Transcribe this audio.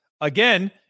again